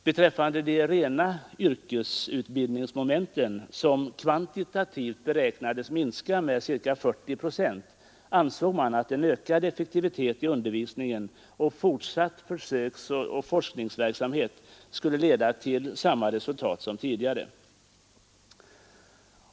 Beträffande de rena yrkesmomenten, som kvantitativt beräknades minska med ca 40 procent, ansåg man att ökad effektivitet i undervisningen och fortsatt försöksoch forskningsverksamhet skulle leda till samma resultat som tidigare.